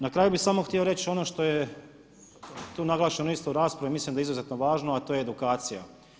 Na kraju bih samo htio reći ono što je tu naglašeno isto u raspravi a mislim da je izuzetno važno a to je edukacija.